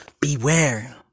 Beware